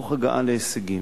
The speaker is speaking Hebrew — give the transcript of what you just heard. תוך הגעה להישגים.